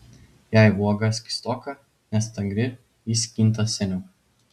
jei uoga skystoka nestangri ji skinta seniau